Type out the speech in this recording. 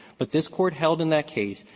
but this court held in that case,